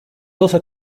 also